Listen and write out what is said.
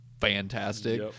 fantastic